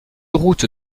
route